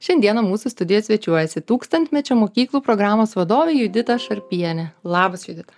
šiandieną mūsų studijoj svečiuojasi tūkstantmečio mokyklų programos vadovė judita šarpienė labas judita